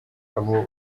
abo